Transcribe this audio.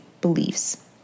beliefs